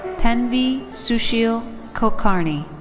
tanvi sushil kulkarni.